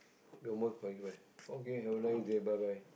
call you where how can you have a nice day bye bye